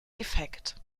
defekt